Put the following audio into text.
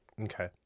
Okay